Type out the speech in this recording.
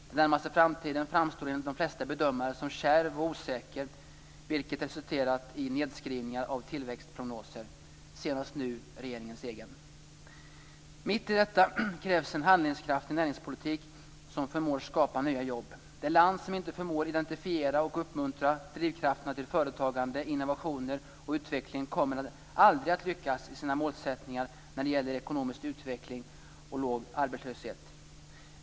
Den närmaste framtiden framstår enligt de flesta bedömare som kärv och osäker, vilket resulterat i nedskrivningar av tillväxtprognoser - senast regeringens egen. Mitt i detta krävs en handlingskraftig näringspolitik som förmår skapa nya jobb. Det land som inte förmår identifiera och uppmuntra drivkrafterna till företagande, innovationer och utveckling kommer aldrig att lyckas i sina målsättningar när det gäller ekonomisk utveckling och låg arbetslöshet.